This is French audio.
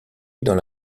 dans